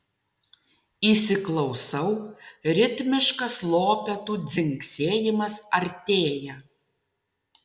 įsiklausau ritmiškas lopetų dzingsėjimas artėja